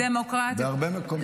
בהרבה מקומות,